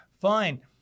fine